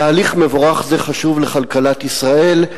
תהליך מבורך זה חשוב לכלכלת ישראל,